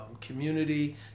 community